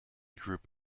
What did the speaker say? group